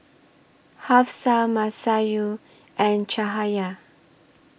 Hafsa Masayu and Cahaya